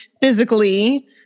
physically